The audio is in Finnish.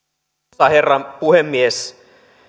arvoisa herra puhemies